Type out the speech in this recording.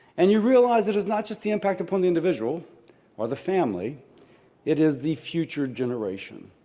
and you realize that it's not just the impact upon the individual or the family it is the future generation.